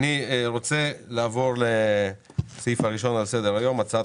אני רוצה לעבור לסעיף הראשון על סדר היום: הצעת